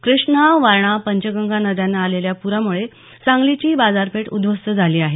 कृष्णा वारणा पंचगंगा नद्यांना आलेल्या पुरामुळे सांगलीची बाजारपेठ उध्वस्त झाली आहे